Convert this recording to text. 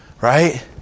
right